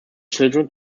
children